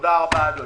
תודה רבה אדוני.